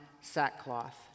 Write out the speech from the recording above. sackcloth